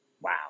Wow